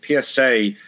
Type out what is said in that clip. PSA